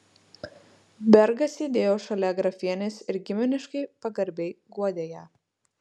bergas sėdėjo šalia grafienės ir giminiškai pagarbiai guodė ją